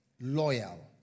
loyal